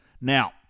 Now